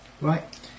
Right